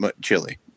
chili